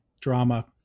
drama